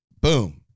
boom